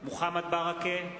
מוחמד ברכה,